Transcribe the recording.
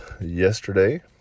yesterday